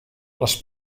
les